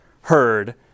heard